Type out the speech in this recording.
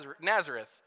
Nazareth